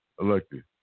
elected